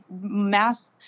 mass